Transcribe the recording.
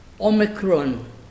Omicron